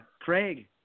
Craig